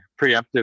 preemptive